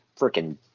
freaking